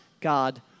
God